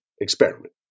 experiment